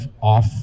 off